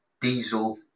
diesel